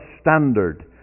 standard